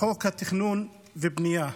בחוק התכנון והבנייה.